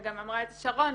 וגם אמרה את זה שרון,